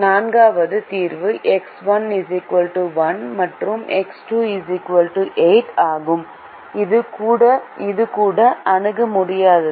நான்காவது தீர்வு எக்ஸ் 1 0 மற்றும் எக்ஸ் 2 8 ஆகும் இது கூட அணுக முடியாதது